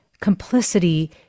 complicity